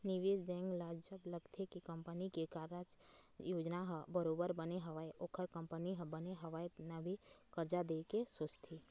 निवेश बेंक ल जब लगथे के कंपनी के कारज योजना ह बरोबर बने हवय ओखर कंपनी ह बने हवय तभे करजा देय के सोचथे